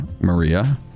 Maria